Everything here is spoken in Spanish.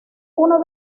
uno